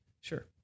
Sure